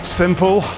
simple